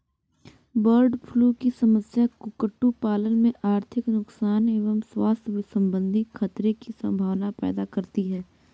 bird flu की समस्या कुक्कुट पालन में आर्थिक नुकसान एवं स्वास्थ्य सम्बन्धी खतरे की सम्भावना पैदा करती है